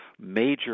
major